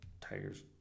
Tiger's